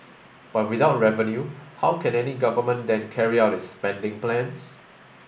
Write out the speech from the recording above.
but without revenue how can any government then carry out its spending plans